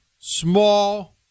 small